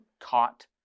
caught